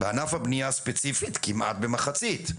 בענף הבנייה ספציפית כמעט במחצית,